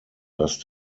dass